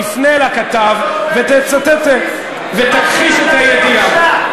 תפנה אל הכתב ותכחיש את הידיעה.